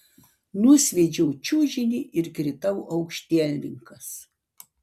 nusviedžiau čiužinį ir kritau aukštielninkas